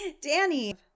Danny